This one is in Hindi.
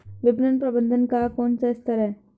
विपणन प्रबंधन का कौन सा स्तर है?